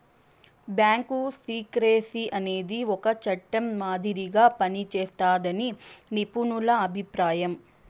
bank secrecy అనేది ఒక చట్టం మాదిరిగా పనిజేస్తాదని నిపుణుల అభిప్రాయం